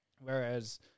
Whereas